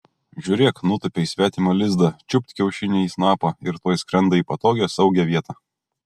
žiūrėk nutūpė į svetimą lizdą čiupt kiaušinį į snapą ir tuoj skrenda į patogią saugią vietą